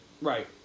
Right